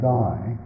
die